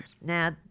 Now